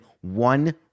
one